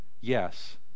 Yes